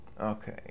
Okay